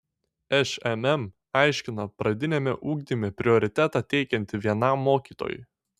šmm aiškina pradiniame ugdyme prioritetą teikianti vienam mokytojui